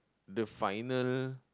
the final